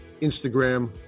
Instagram